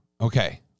Okay